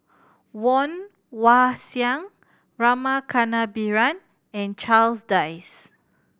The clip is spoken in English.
Woon Wah Siang Rama Kannabiran and Charles Dyce